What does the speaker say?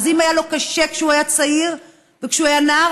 אז אם היה לו קשה כשהוא היה צעיר וכשהוא היה נער,